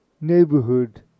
neighborhood